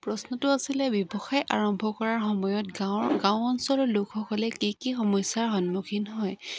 প্ৰশ্নটো আছিলে ব্যৱসায় আৰম্ভ কৰাৰ সময়ত গাঁৱৰ গাঁও অঞ্চলৰ লোকসকলে কি কি সমস্যাৰ সন্মুখীন হয়